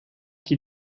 chi